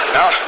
Now